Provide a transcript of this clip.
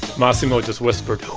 massimo just whispered, who